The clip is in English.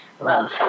love